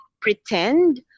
pretend